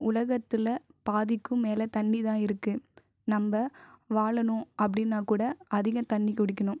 உலகத்தில் பாதிக்கும் மேலே தண்ணி தான் இருக்குது நம்ப வாழணும் அப்படினா கூட அதிகம் தண்ணி குடிக்கணும்